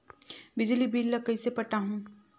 बिजली बिल ल कइसे पटाहूं?